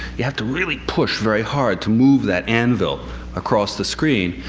you have to really push very hard to move that anvil across the screen,